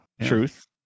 Truth